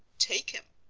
take him